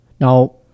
Now